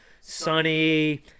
sunny